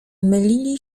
mylili